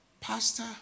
Pastor